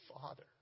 Father